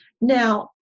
Now